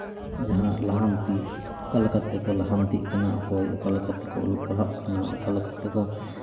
ᱡᱟᱦᱟᱸ ᱞᱟᱦᱟᱱᱛᱤ ᱚᱠᱟ ᱞᱮᱠᱟ ᱛᱮᱠᱚ ᱞᱟᱦᱟᱱᱛᱤᱜ ᱠᱟᱱᱟ ᱚᱠᱚᱭ ᱚᱠᱟ ᱞᱮᱠᱟ ᱛᱮᱠᱚ ᱚᱞᱚᱜ ᱯᱟᱲᱦᱟᱜ ᱠᱟᱱᱟ ᱚᱠᱟ ᱞᱮᱠᱟ ᱛᱮᱠᱚ